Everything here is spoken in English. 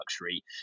luxury